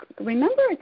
remember